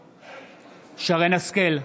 נגד שרן מרים השכל,